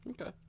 Okay